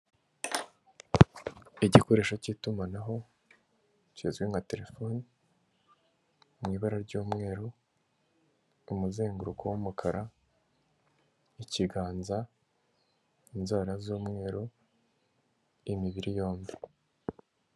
Igikoresho cy'itumanaho kizwi nka telefoni mu ibara ry'umweru, umuzenguruko w'umukara, ikiganza, inzara z'umweru, imibiri yombi.